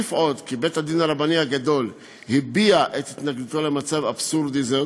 אוסיף עוד כי בית-הדין הרבני הגדול הביע את התנגדותו למצב אבסורדי זה,